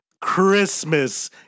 Christmas